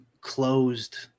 closed